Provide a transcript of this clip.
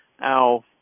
Now